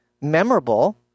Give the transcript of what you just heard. memorable